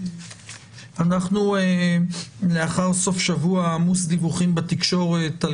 אנחנו לאחר סוף שבוע עמוס דיווחים בתקשורת על